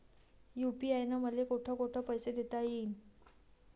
UPI न मले कोठ कोठ पैसे देता येईन?